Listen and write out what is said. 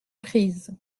prise